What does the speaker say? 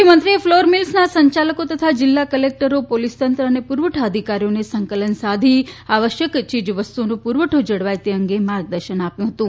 મુખ્યમંત્રીએ ફ્લોર મીલ્સના સંચાલકો તથા જિલ્લા ક્લેક્ટરો પોલીસતંત્ર અને પુરવઠા અધિકારીઓને સંકલન સાધી આવશ્યક ચીજવસ્તુઓનો પુરવઠો જળવાય તે અંગે માર્ગદર્શન આપ્યું હતું